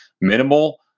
minimal